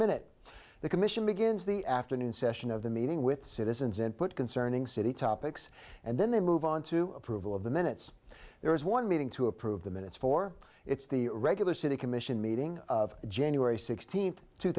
minute the commission begins the afternoon session of the meeting with citizens input concerning city topics and then they move on to approval of the minutes there is one meeting to approve the minutes for its the regular city commission meeting of january sixteenth two